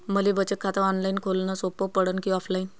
मले बचत खात ऑनलाईन खोलन सोपं पडन की ऑफलाईन?